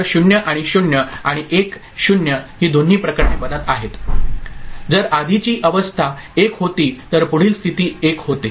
तर 0 0 आणि 1 0 ही दोन्ही प्रकरणे बनत आहेत जर आधीची अवस्था 1 होती तर पुढील स्थिती 1 होते